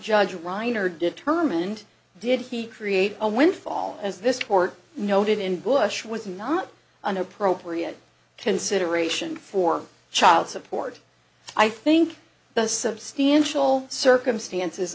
judge reiner determined did he create a windfall as this court noted in bush was not an appropriate consideration for child support i think the substantial circumstances